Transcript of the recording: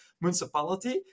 municipality